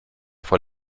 vor